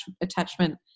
attachment